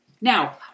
Now